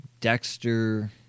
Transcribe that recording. Dexter